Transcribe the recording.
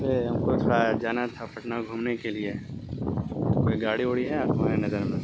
ہم کو ٹھورا جانا تھا پٹنہ گھومنے کے لیے کوئی گاڑی اوڑی ہے آپ کے نظر میں